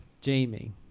Jamie